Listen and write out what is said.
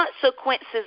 consequences